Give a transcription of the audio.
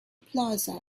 plaza